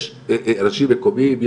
יש אנשים מקומיים,